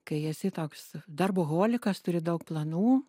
kai esi toks darboholikas turi daug planų